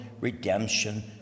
redemption